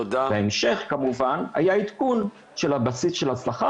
בהמשך כמובן היה עדכון של הבסיס של השכר